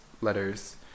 letters